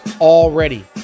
already